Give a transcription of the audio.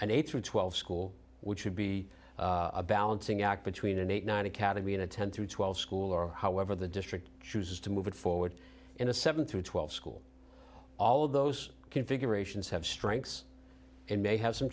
and eight through twelve school which would be a balancing act between an eight nine academy and a ten through twelve school or however the district chooses to move it forward in a seven through twelve school all of those configurations have strengths and may have some